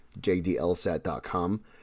JDLSAT.com